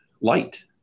light